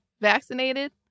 vaccinated